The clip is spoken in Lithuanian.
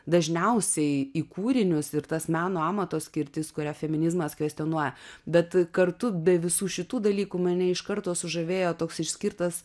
dažniausiai į kūrinius ir tas meno amato skirtis kurią feminizmas kvestionuoja bet kartu be visų šitų dalykų mane iš karto sužavėjo toks išskirtas